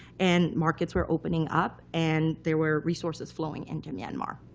and markets were opening up. and there were resources flowing into myanmar.